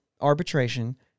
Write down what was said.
arbitration